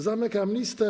Zamykam listę.